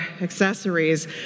accessories